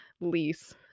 lease